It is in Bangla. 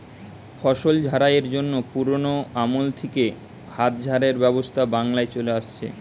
ফসল ঝাড়াইয়ের জন্যে পুরোনো আমল থিকে হাত ঝাড়াইয়ের ব্যবস্থা বাংলায় চলে আসছে